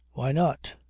why not?